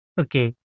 Okay